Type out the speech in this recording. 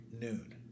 noon